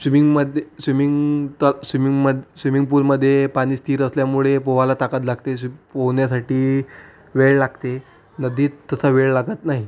स्विमिंगमध्ये swimming तर swimming मद् swimming पूलमध्ये पाणी स्थिर असल्यामुळे पोहाला ताकद लागते स्वि पोहण्यासाठी वेळ लागते नदीत तसा वेळ लागत नाही